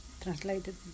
translated